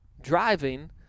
driving